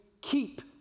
keep